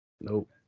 Nope